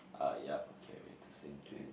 uh yup okay we have the same thing